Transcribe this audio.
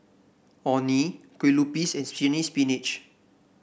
Orh Nee Kue Lupis and Chinese Spinach